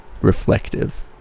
reflective